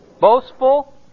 boastful